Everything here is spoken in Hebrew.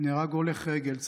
נהרג הולך רגל,